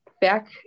back